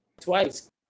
twice